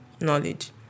knowledge